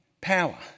power